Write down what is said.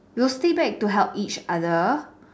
we'll stay back to help each other